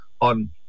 on